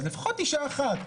אז לפחות אשה אחת.